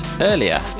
earlier